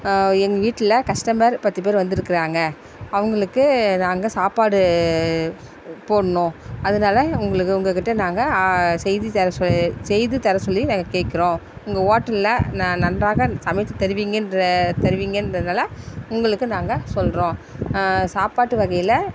எங்கள் வீட்டில் கஸ்டமர் பத்து பேர் வந்திருக்குறாங்க அவங்குளுக்கு நாங்கள் சாப்பாடு போடணும் அதனால் உங்களுக்கு உங்கள் கிட்ட நாங்கள் செய்து செய்து தர சொல்லி நாங்கள் கேட்குறோம் உங்கள் ஹோட்டலில் நா நன்றாக சமைச்சி தருவீங்கன்ற தருவீங்கன்றதுனால் உங்களுக்கு நாங்கள் சொல்கிறோம் சாப்பாட்டு வகையில்